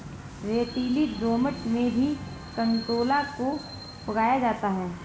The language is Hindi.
रेतीली दोमट में भी कंटोला को उगाया जाता है